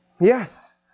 Yes